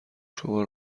شما